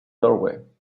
doorway